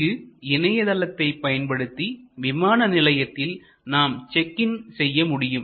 இங்கு இணையதளத்தை பயன்படுத்தி விமான நிலையத்தில் நாம் செக் இன் செய்ய முடியும்